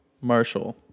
Marshall